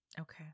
okay